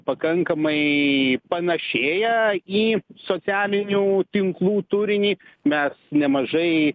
pakankamai panašėja į socialinių tinklų turinį mes nemažai